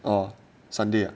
a sunday